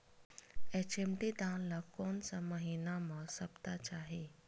HMT धान ल कोन से महिना म सप्ता चाही?